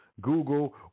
Google